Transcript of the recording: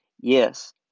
Yes